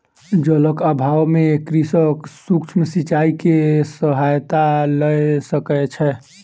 जलक अभाव में कृषक सूक्ष्म सिचाई के सहायता लय सकै छै